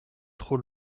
trop